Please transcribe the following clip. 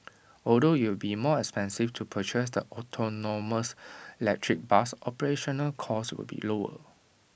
although IT will be more expensive to purchase the autonomous electric bus operational costs will be lower